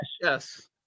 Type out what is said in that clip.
Yes